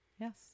Yes